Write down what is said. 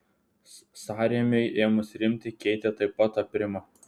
sąrėmiui ėmus rimti keitė taip pat aprimo